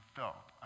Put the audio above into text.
felt